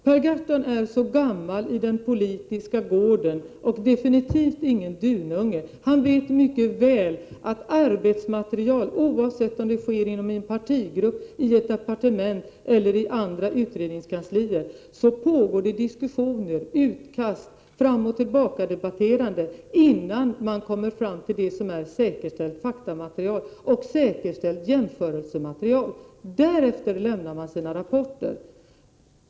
Per Gahrton är gammal på den politiska gården och definitivt ingen 16 mars 1989 duvunge. Han vet mycket väl, att oavsett om det gäller en partigrupp, ett departement eller andra utredningskanslier, pågår det diskussioner, görs utkast, debatteras fram och tillbaka innan man kommer fram till det som är ett säkerställt faktaoch jämförelsematerial. Därefter lämnar man sina rapporter.